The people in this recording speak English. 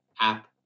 app